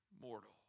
mortal